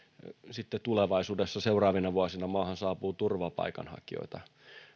sitten tulevaisuudessa seuraavina vuosina maahan saapuu turvapaikanhakijoita